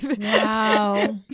Wow